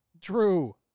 True